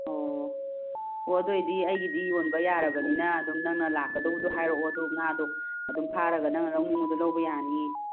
ꯑꯣ ꯑꯣ ꯑꯗꯨ ꯑꯣꯏꯔꯗꯤ ꯑꯩꯒꯤꯗꯤ ꯌꯣꯟꯕ ꯌꯥꯔꯕꯅꯤꯅ ꯑꯗꯨꯝ ꯅꯪꯅ ꯂꯥꯛꯀꯗꯧꯕꯗꯣ ꯍꯥꯏꯔꯛꯑꯣ ꯑꯗꯣ ꯉꯥꯗꯣ ꯑꯗꯨꯝ ꯐꯥꯔꯒ ꯅꯪꯅ ꯂꯧꯅꯤꯡꯕ ꯂꯧꯕ ꯌꯥꯅꯤꯌꯦ